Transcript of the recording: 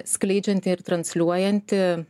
skleidžianti ir transliuojanti